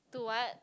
to what